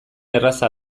erraza